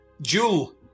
jewel